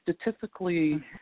statistically